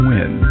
Win